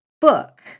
book